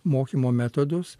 mokymo metodus